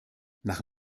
nach